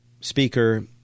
speaker